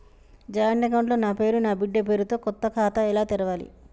Joint account లో నా పేరు నా బిడ్డే పేరు తో కొత్త ఖాతా ఎలా తెరవాలి?